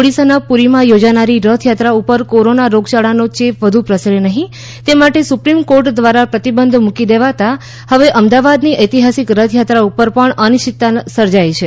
ઓડિસાના પુરીમાં યોજાનારી રથયાત્રા ઉપર કોરોના રોગયાળાનો ચેપ વધુપ્રસરે નહિ તે માટે સુપ્રીમ કોર્ટ દ્વારા પ્રતિબંધ મૂકી દેવતા હવે અમદાવાદની ઐતિહાસિક રથયાત્રા ઉપર પણ અનિશ્ચિતતા સર્જાઈ છે